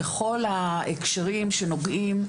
בכל הקשרים שנוגעים,